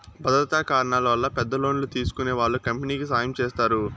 భద్రతా కారణాల వల్ల పెద్ద లోన్లు తీసుకునే వాళ్ళు కంపెనీకి సాయం చేస్తారు